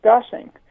discussing